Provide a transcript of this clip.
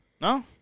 No